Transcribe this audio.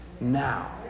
now